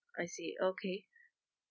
I see okay